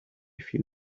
feel